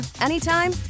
anytime